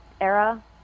era